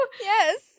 yes